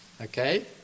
Okay